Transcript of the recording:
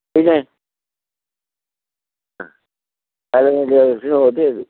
പിന്നെ അ